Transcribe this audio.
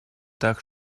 так